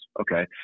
Okay